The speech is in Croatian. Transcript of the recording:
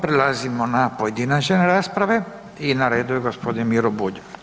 Prelazimo na pojedinačne rasprave i na redu je gospodin Miro Bulj.